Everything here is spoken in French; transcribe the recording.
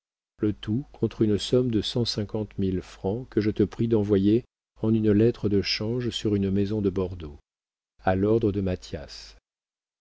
le tout contre une somme de cent cinquante mille francs que je te prie d'envoyer en une lettre de change sur une maison de bordeaux à l'ordre de mathias